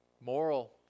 moral